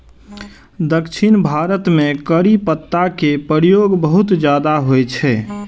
दक्षिण भारत मे करी पत्ता के प्रयोग बहुत ज्यादा होइ छै